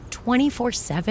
24-7